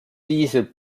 dieser